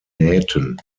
nähten